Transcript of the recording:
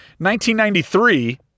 1993